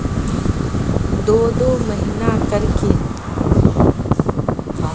दो दो महीना कर के जमा कर सके हिये?